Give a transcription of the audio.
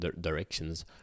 directions